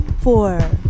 four